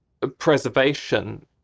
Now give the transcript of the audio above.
preservation